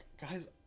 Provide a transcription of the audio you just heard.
guys